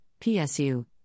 PSU